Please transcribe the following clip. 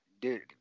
Dude